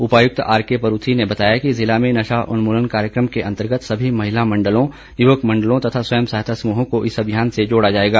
उपायुक्त आरके परूथी बताया कि जिला में नशा उन्मूलन कार्यक्रम के अतंर्गत सभी महिला मण्डलों युवक मण्डल तथा स्वयं सहायता समूह को इस अभियान से जोड़ा जाएगा